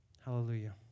Hallelujah